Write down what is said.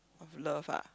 of love ah